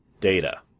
Data